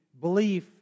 belief